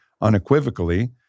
unequivocally